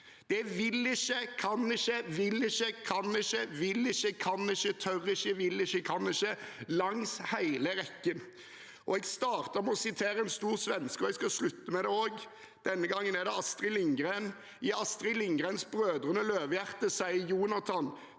er «vil ikke», «kan ikke», «vil ikke», «kan ikke», «vil ikke», «kan ikke», «tør ikke», «vil ikke», «kan ikke» langs hele rekken. Jeg startet med å sitere en stor svenske, og jeg skal avslutte med det også. Denne gangen er det Astrid Lindgren. I Astrid Lindgrens Brødrene Løvehjerte sier Jonatan